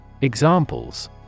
Examples